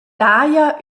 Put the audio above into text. daja